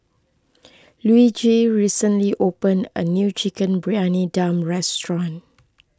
Luigi recently opened a new Chicken Briyani Dum restaurant